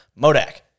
Modak